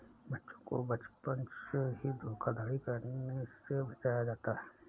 बच्चों को बचपन से ही धोखाधड़ी करने से बचाया जाता है